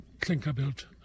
clinker-built